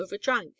overdrank